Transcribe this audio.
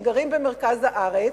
שגרים במרכז הארץ,